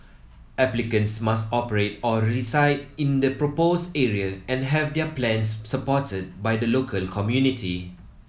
applicants must operate or reside in the proposed area and have their plans supported by the local community